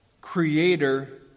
creator